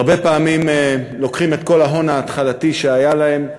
הרבה פעמים הם לוקחים את כל ההון ההתחלתי שהיה להם,